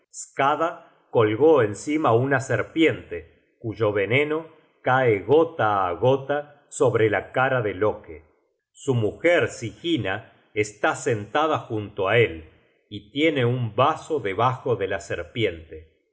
skada colgó encima una serpiente cuyo veneno cae gota á gota sobre la cara de loke su mujer sigyna está sentada junto á él y tiene un vaso debajo de la serpiente